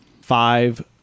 five